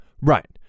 right